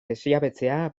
desjabetzea